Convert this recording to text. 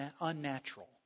unnatural